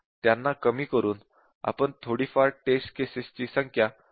त्यांना कमी करून आपण थोडी फार टेस्ट केसेस ची संख्या कमी करण्याचा प्रयत्न करतो